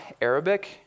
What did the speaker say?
Arabic